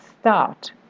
start